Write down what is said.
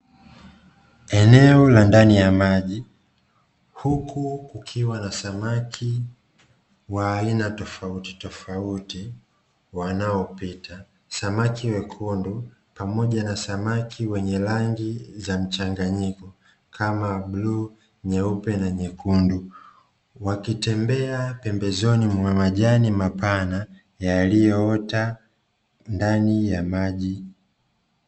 Eneo la ndani ya maji, huku kukiwa na samaki wa aina tofautitofauti wanaopita, samaki wekundu, pamoja na samaki wenye rangi za mchanganyiko kama: bluu, nyeupe na nyekundu, wakitembea pembezoni mwa majani mapana, yaliyoota ndani ya maji.